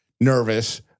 nervous